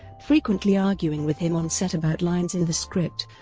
frequently arguing with him on set about lines in the script,